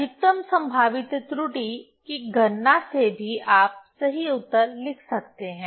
अधिकतम संभावित त्रुटि की गणना से भी आप सही उत्तर लिख सकते हैं